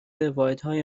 واحدهای